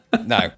no